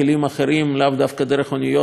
לאו דווקא דרך אוניות ודרך הים,